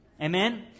Amen